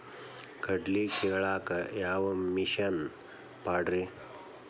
ಕಡ್ಲಿ ಕೇಳಾಕ ಯಾವ ಮಿಷನ್ ಪಾಡ್ರಿ?